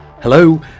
Hello